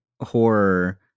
horror